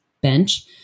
Bench